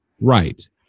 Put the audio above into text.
Right